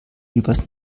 übers